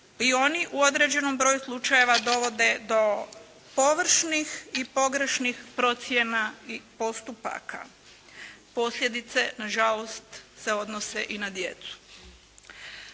I oni u određenom broju slučajeva dovode do površnih i pogrešnih procjena i postupaka. Posljedice nažalost se odnose i na djecu.